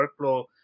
workflow